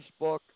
Facebook